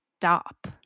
stop